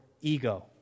ego